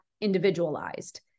individualized